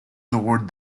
toward